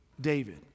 David